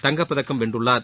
தங்கப்பதக்கம் வென்றுள்ளார்